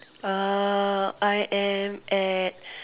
I am at